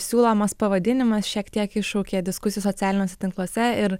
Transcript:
siūlomas pavadinimas šiek tiek iššaukė diskusijų socialiniuose tinkluose ir